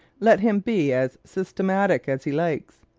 let him be as systematic as he likes.